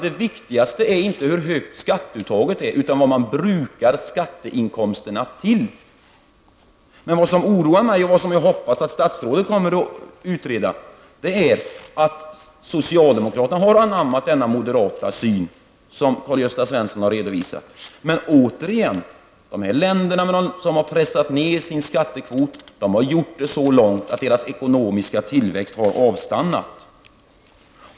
Det viktigaste är alltså inte hur högt skatteuttaget är utan vad man brukar skatteinkomsterna till. Det som oroar mig och som jag hoppas att statsrådet har för avsikt att utreda är att socialdemokraterna har anammat denna moderata syn som Karl-Gösta Svenson har redovisat. De länder som har pressat ned sin skattekvot har gjort det så långt att deras ekonomiska tillväxt har avstannat.